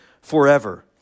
forever